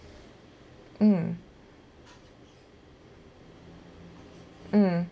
mm mm